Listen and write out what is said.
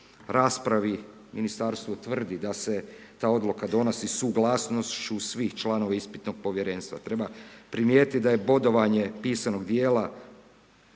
raspravi Ministarstvo tvrdi da se ta odluka donosi suglasnošću svih članova ispitnog povjerenstva. Treba primijetiti da je bodovanje pisanog dijela